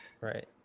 Right